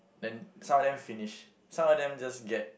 then some of them finish some of them just get